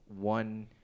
one